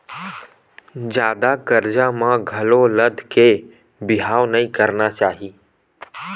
जादा करजा म घलो लद के बिहाव नइ करना चाही